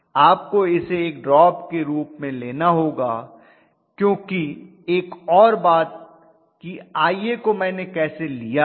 आपको इसे एक ड्रॉप के रूप में लेना होगा क्योंकि एक और बात कि Ia को मैंने कैसे लिया है